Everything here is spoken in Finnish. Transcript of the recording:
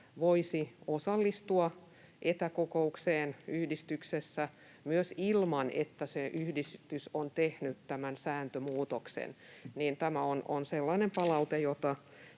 voisi osallistua etäkokoukseen yhdistyksessä myös ilman, että yhdistys on tehnyt tämän sääntömuutoksen. Tämä on sellainen palaute, jota